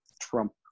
Trump